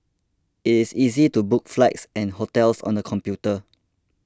it is easy to book flights and hotels on the computer